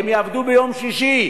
כי הם יעבדו ביום שישי,